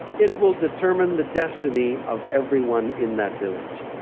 it will determine the destiny of everyone in that village.